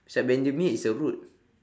beside bendemeer is a road